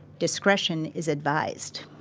discretion is advised